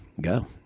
Go